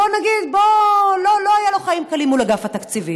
בוא נגיד, לא היו לו חיים קלים מול אגף התקציבים,